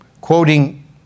quoting